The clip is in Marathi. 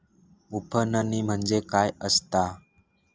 उफणणी म्हणजे काय असतां?